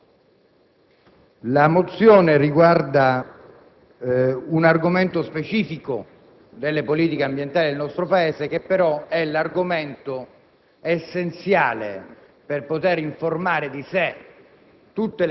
presentata riguarda un argomento specifico delle politiche ambientali del nostro Paese, che però è essenziale per poter informare di sé